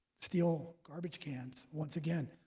steel garbage cans. once again,